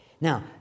Now